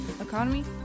economy